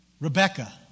Rebecca